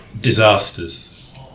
disasters